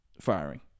firing